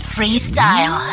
FreeStyle